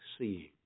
seeing